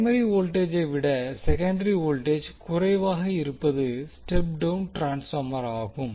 primary வோல்டேஜை விட secondary voltage குறைவாக இருப்பது ஸ்டெப் டௌன் ட்ரான்ஸ்பார்மர் ஆகும்